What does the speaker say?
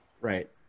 Right